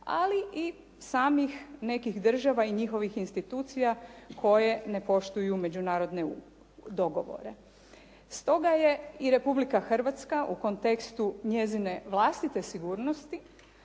ali i samih nekih država i njihovih institucija koje ne poštuju međunarodne dogovore. Stoga je i Republika Hrvatska u kontekstu njezine vlastite sigurnosti,